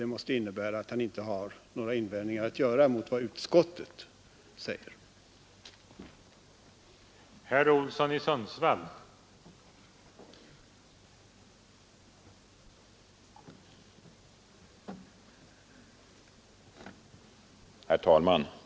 Det måste innebära att han inte har några invändningar att göra mot vad utskottet säger.